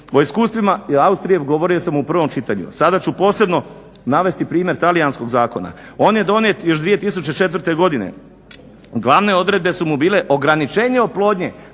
O iskustvima Austrije govorio sam u prvom čitanju. Sada ću posebno navesti primjer talijanskog zakona. On je donijet još 2004. godine. Glavne odredbe su mu bile ograničenje oplodnje